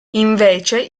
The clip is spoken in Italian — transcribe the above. invece